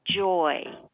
joy